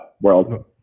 world